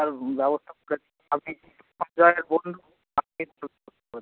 আর ব্যবস্থা